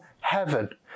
heaven